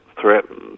threatened